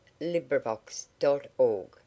LibriVox.org